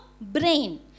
brain